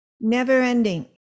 never-ending